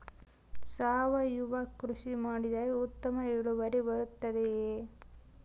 ಸಾವಯುವ ಕೃಷಿ ಮಾಡಿದರೆ ಉತ್ತಮ ಇಳುವರಿ ಬರುತ್ತದೆಯೇ?